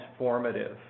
transformative